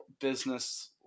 business